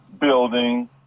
building